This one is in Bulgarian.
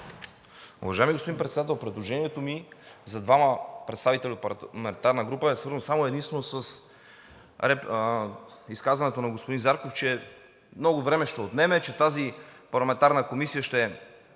Уважаеми господин Председател, предложението ми за двама представители от парламентарна група е свързано само и единствено с изказването на господин Зарков, че много време ще отнеме, че тази парламентарна комисия ще